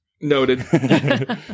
Noted